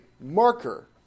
marker